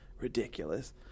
ridiculous